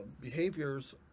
behaviors